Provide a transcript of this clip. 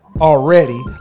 already